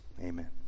amen